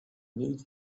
need